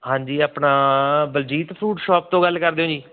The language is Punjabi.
ਹਾਂਜੀ ਆਪਣਾ ਬਲਜੀਤ ਫਰੂਟ ਸ਼ੋਪ ਤੋਂ ਗੱਲ ਕਰਦੇ ਹੋ ਜੀ